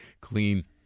Clean